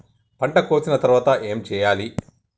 పంట కోసిన తర్వాత ఏం చెయ్యాలి?